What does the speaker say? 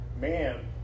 man